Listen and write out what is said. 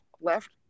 left